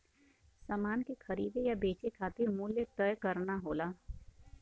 समान के खरीदे या बेचे खातिर मूल्य तय करना होला